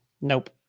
Nope